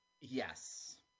Yes